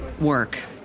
work